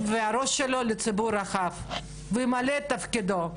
והראש שלו לציבור הרחב וימלא את תפקידו,